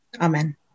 Amen